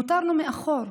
נותרנו מאחור,